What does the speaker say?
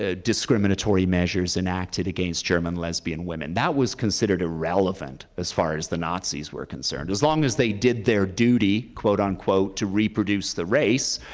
ah discriminatory measures enacted against german lesbian women. that was considered irrelevant as far as the nazis were concerned. as long as they did their duty, quote-unquote, to reproduce the race,